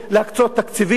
להקצות תקציבים,